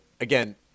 again